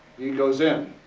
he goes in.